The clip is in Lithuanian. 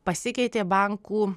pasikeitė bankų